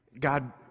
God